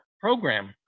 program